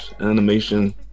Animation